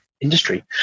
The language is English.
industry